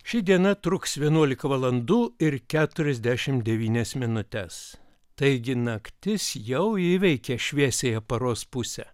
ši diena truks vienuolika valandų ir keturiasdešim devynias minutes taigi naktis jau įveikė šviesiąją paros pusę